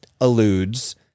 alludes